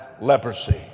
leprosy